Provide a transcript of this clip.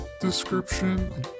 Description